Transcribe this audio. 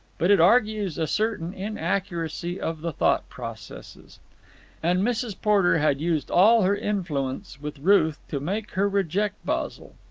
but it argues a certain inaccuracy of the thought processes and mrs. porter had used all her influence with ruth to make her reject basil.